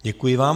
Děkuji vám.